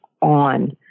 on